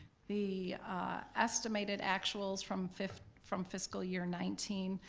the estimated actuals from from fiscal year nineteen,